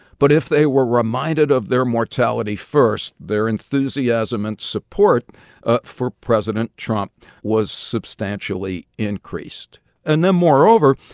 but if they were reminded of their mortality first, their enthusiasm and support for president trump was substantially increased and then, moreover,